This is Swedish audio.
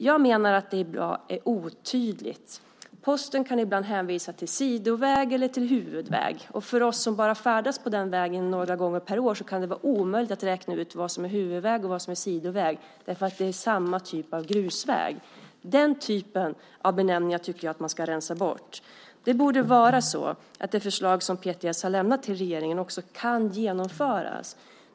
Jag menar att det är otydligt. Posten kan ibland hänvisa till sidoväg eller till huvudväg. För oss som bara färdas på den vägen några gånger per år kan det vara omöjligt att räkna ut vad som är huvudväg och vad som är sidoväg därför att det är samma typ av grusväg. Den typen av benämningar tycker jag att man ska rensa bort. Det borde vara så att det förslag som PTS har lämnat till regeringen också kan genomföras.